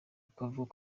akavuga